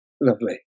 lovely